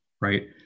Right